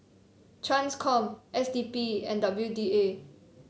Transcom S D P and W D A